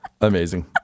Amazing